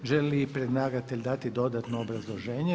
Želi li predlagatelj dati dodatno obrazloženje?